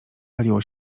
paliło